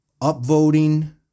upvoting